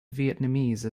vietnamese